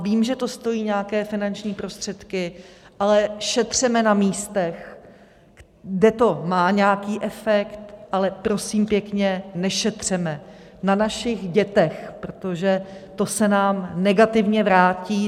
Vím, že to stojí nějaké finanční prostředky, ale šetřeme na místech, kde to má nějaký efekt, ale prosím pěkně, nešetřeme na našich dětech, protože to se nám negativně vrátí.